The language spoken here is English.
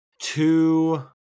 two